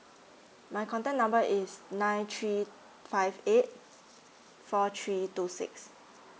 my contact number is nine three five eight four three two six